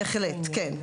בהחלט, כן.